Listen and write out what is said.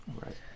Right